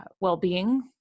well-being